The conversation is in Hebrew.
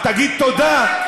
אתה קטן.